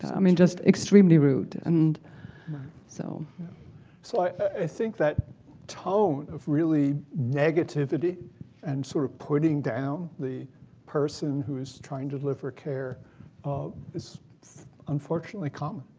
i mean, just extremely rude. and so so i think that tone of really negativity and sort of putting down the person who is trying to deliver care is unfortunately common.